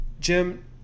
Jim